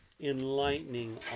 enlightening